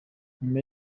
nyuma